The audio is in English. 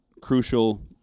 crucial